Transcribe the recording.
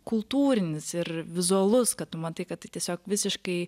kultūrinis ir vizualus kad tu matai kad tai tiesiog visiškai